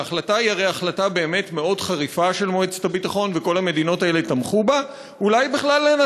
ההחלטה של מועצת הביטחון היא הרי באמת מאוד חריפה,